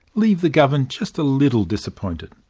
leave the governed just a little disappointed.